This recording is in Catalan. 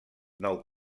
nou